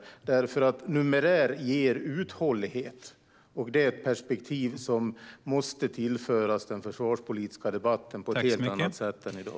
Numerär ger nämligen uthållighet, och det är ett perspektiv som måste tillföras den försvarspolitiska debatten på ett helt annat sätt än i dag.